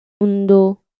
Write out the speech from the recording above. Undo